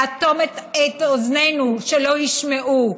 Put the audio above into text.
לאטום את אוזנינו שלא ישמעו,